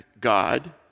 God